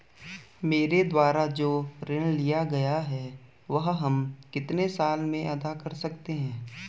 मेरे द्वारा जो ऋण लिया गया है वह हम कितने साल में अदा कर सकते हैं?